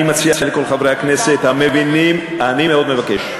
אני מציע לכל חברי הכנסת המבינים, אני מאוד מבקש.